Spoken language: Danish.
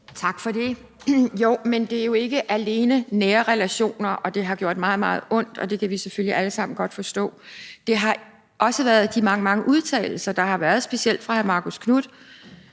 Tak for det. Men det er jo ikke alene nære relationer, og at det har gjort meget, meget ondt – og det kan vi selvfølgelig alle sammen godt forstå – men det har også været de mange, mange udtalelser, der har været, specielt fra hr. Marcus Knuth,